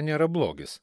nėra blogis